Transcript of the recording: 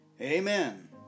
Amen